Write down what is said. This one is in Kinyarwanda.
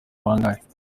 bangahe